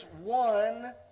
one